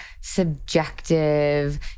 subjective